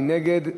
מי נגד?